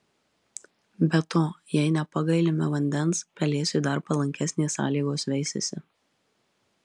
be to jei nepagailime vandens pelėsiui dar palankesnės sąlygos veisiasi